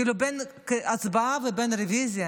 כאילו בין הצבעה לבין רוויזיה.